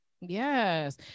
Yes